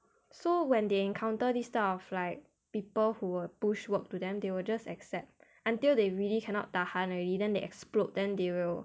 so when they encounter this type of like people who will push work to them they will just accept until they really cannot tahan already then they explode then they will